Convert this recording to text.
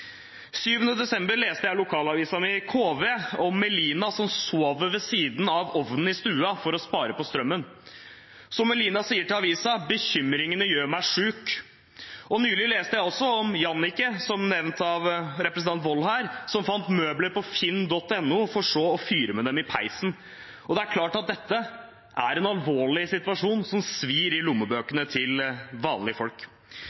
desember leste jeg i lokalavisen min, KV, om Melina som sover ved siden av ovnen i stua for å spare strøm. Som Melina sier til avisen: «Bekymringene gjør meg syk.» Nylig leste jeg også om Jannike, som nevnt av representanten Grete Wold, som fant møbler på finn.no for så å fyre med dem i peisen. Det er klart at dette er en alvorlig situasjon, som svir i lommeboka til vanlige folk.